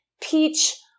peach